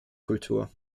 kultur